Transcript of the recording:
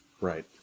Right